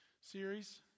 series